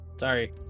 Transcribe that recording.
Sorry